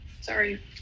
Sorry